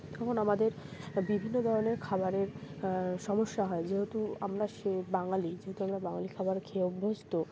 তখন আমাদের বিভিন্ন ধরনের খাবারের সমস্যা হয় যেহেতু আমরা সে বাঙালি যেহেতু আমরা বাঙালি খাবার খেয়ে অভ্যস্ত